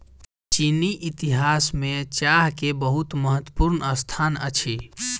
चीनी इतिहास में चाह के बहुत महत्वपूर्ण स्थान अछि